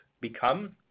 become